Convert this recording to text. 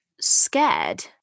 scared